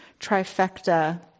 trifecta